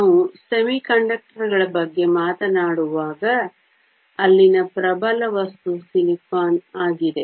ನಾವು ಅರೆವಾಹಕಗಳ ಬಗ್ಗೆ ಮಾತನಾಡುವಾಗ ಅಲ್ಲಿನ ಪ್ರಬಲ ವಸ್ತು ಸಿಲಿಕಾನ್ ಆಗಿದೆ